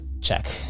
check